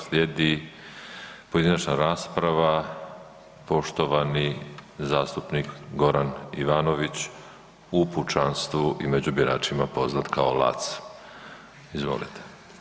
Slijedi pojedinačna rasprava, poštovani zastupnik Goran Ivanović u pučanstvu i među biračima poznat kao Lac, izvolite.